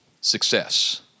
success